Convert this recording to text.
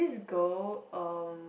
this girl um